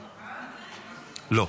לא.